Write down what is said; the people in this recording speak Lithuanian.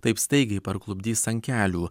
taip staigiai parklupdys ant kelių